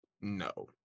No